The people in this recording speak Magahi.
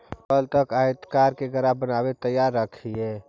कल तक आयकर के ग्राफ बनाके तैयार रखिहें